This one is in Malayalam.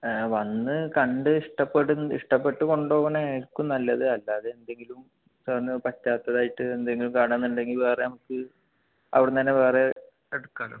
വന്ന് കണ്ട് ഇഷ്ടപ്പെട്ട് കൊണ്ടുപോകുന്നതായിരിക്കും നല്ലത് അല്ലാതെ എന്തെങ്കിലും സാർന്ന് പറ്റാത്തതായിട്ട് എന്തെങ്കിലും കാണുകയാണെന്നുണ്ടെങ്കിൽ വേറെ നമുക്ക് അവിടുന്നുതന്നെ വേറെ എടുക്കാമല്ലോ